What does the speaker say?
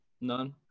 None